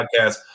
podcast